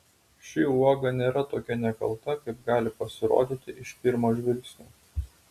ši uoga nėra tokia nekalta kaip gali pasirodyti iš pirmo žvilgsnio